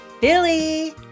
Billy